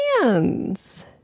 hands